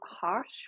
harsh